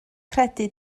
credu